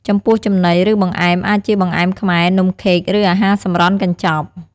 ចំពោះចំណី ឬ បង្អែមអាចជា បង្អែមខ្មែរ នំខេក ឬ អាហារសម្រន់កញ្ចប់។